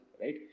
right